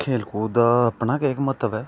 खेल कूद दा अपना गै इक म्हत्तब ऐ